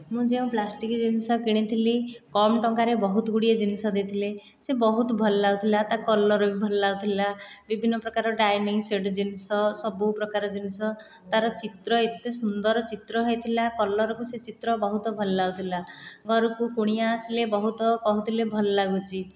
ମୁଁ ଯେଉଁ ପ୍ଲାଷ୍ଟିକ୍ ଜିନିଷ କିଣିଥିଲି କମ୍ ଟଙ୍କାରେ ବହୁତ ଗୁଡ଼ିଏ ଜିନିଷ ଦେଇଥିଲେ ସେ ବହୁତ ଭଲ ଲାଗୁଥିଲା ତା କଲର ବି ଭଲ ଲାଗୁଥିଲା ବିଭିନ୍ନ ପ୍ରକାର ଡାଇନିଂ ସେଟ୍ ଜିନିଷ ସବୁ ପ୍ରକାର ଜିନିଷ ତାର ଚିତ୍ର ଏତେ ସୁନ୍ଦର ଚିତ୍ର ହୋଇଥିଲା କଲରକୁ ସେ ଚିତ୍ର ବହୁତ ଭଲ ଲାଗୁଥିଲା ଘରକୁ କୁଣିଆ ଆସିଲେ ବହୁତ କହୁଥିଲେ ଭଲ ଲାଗୁଛି